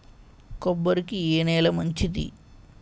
కొబ్బరి కి ఏ నేల మంచిది?